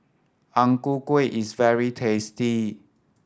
Ang Ku Kueh is very tasty